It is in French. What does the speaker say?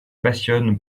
passionne